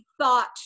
thought